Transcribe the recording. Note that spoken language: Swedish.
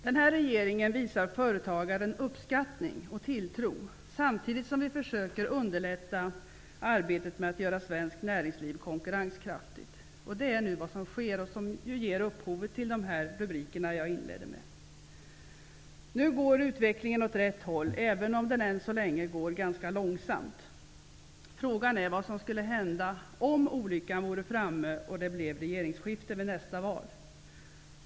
Den här regeringen visar företagaren uppskattning och tilltro, samtidigt som den försöker underlätta arbetet med att göra svenskt näringsliv konkurrenskraftigt. Och det är nu vad som nu sker och som är upphovet till de rubriker som jag inledde med. Nu går utvecklingen åt rätt håll, även om den än så länge går ganska långsamt. Frågan är vad som skulle hända om olyckan vore framme och det blev regeringsskifte vid nästa val.